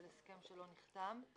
של הסכם שלא נחתם.